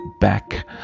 back